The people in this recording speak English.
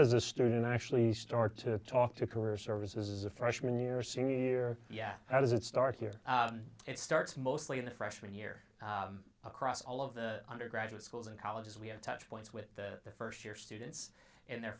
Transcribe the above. does a student actually start to talk to career services is a freshman year senior year yeah how does it start here it starts mostly in the freshman year across all of the undergraduate schools and colleges we have touch points with the first year students in their